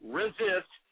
resist